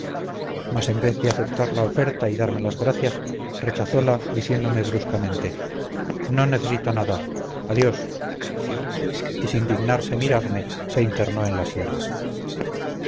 mas en vez de aceptar la oferta y darme las gracias rechazola diciéndome bruscamente no necesito nada adiós y sin dignarse mirarme se internó en la sierra